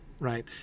right